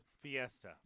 Fiesta